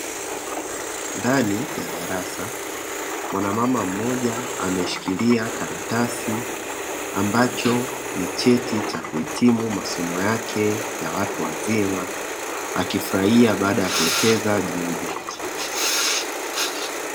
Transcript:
Ndani ya darasa, mwanamama mmoja ameshikilia karatasi ambacho ni cheti cha kuhitimu masomo yake ya watu wazima, akifurahia baada ya kuwekeza juhudi,